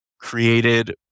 created